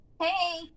Hey